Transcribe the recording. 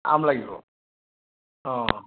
আম লাগিব অঁ অঁ